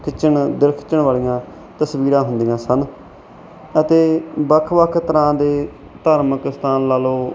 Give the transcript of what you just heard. ਖਿੱਚਣ ਦਿਲ ਖਿੱਚਣ ਵਾਲੀਆਂ ਤਸਵੀਰਾਂ ਹੁੰਦੀਆਂ ਸਨ ਅਤੇ ਵੱਖ ਵੱਖ ਤਰ੍ਹਾਂ ਦੇ ਧਾਰਮਿਕ ਸਥਾਨ ਲਾ ਲਓ